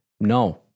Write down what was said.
No